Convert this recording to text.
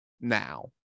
now